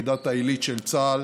יחידת העילית של צה"ל